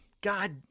God